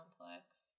complex